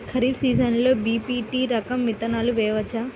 ఖరీఫ్ సీజన్లో బి.పీ.టీ రకం విత్తనాలు వేయవచ్చా?